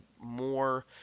more